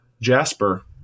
Jasper